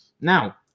Now